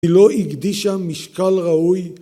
‫היא הקדישה משקל ראוי.